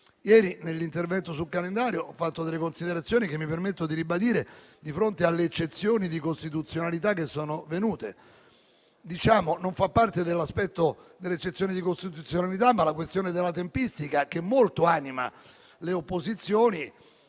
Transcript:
Ieri, nell'intervento sul calendario dei lavori, ho fatto delle considerazioni che mi permetto di ribadire di fronte alle eccezioni di costituzionalità che sono venute. Non fa parte dell'aspetto delle eccezioni di costituzionalità, ma noi respingiamo la questione della tempistica, che molto anima le opposizioni.